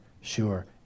sure